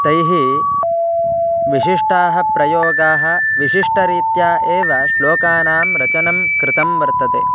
तैः विशिष्टाः प्रयोगाः विशिष्टरीत्या एव श्लोकानां रचनं कृतं वर्तते